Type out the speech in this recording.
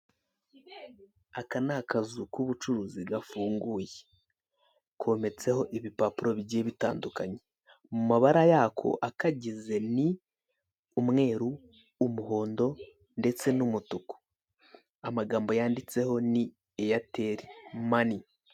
Aka ni akazu k'ubucuruzi gafunguye, kometseho ibipapuro bigiye bitandukanye, mu mabara yako akagize ni umweru, umuhondo ndetse n'umutuku, amagambo yanditseho ni Airtel money.